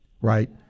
right